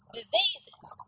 diseases